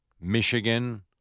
Michigan